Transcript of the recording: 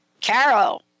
carol